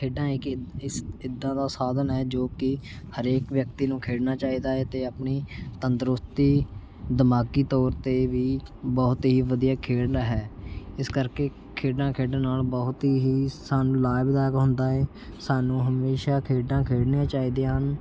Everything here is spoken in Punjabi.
ਖੇਡਾਂ ਇੱਕ ਇਦ ਇਸ ਏਦਾ ਦਾ ਸਾਧਨ ਹੈ ਜੋ ਕਿ ਹਰੇਕ ਵਿਅਕਤੀ ਨੂੰ ਖੇਡਣਾ ਚਾਹੀਦਾ ਹੈ ਅਤੇ ਆਪਣੀ ਤੰਦਰੁਸਤੀ ਦਿਮਾਗੀ ਤੌਰ 'ਤੇ ਵੀ ਬਹੁਤ ਹੀ ਵਧੀਆ ਖੇਡ ਹੈ ਇਸ ਕਰਕੇ ਖੇਡਾਂ ਖੇਡਣ ਨਾਲ਼ ਬਹੁਤ ਹੀ ਸਾਨੂੰ ਲਾਭਦਾਇਕ ਹੁੰਦਾ ਏ ਸਾਨੂੰ ਹਮੇਸ਼ਾ ਖੇਡਾਂ ਖੇਡਣੀਆਂ ਚਾਹੀਦੀਆਂ ਹਨ